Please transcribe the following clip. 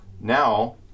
Now